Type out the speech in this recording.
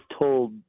told